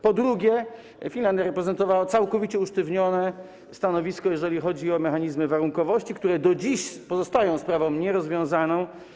Po drugie, Finlandia reprezentowała całkowicie usztywnione stanowisko, jeżeli chodzi o mechanizmy warunkowości, które do dziś pozostają sprawą nierozwiązaną.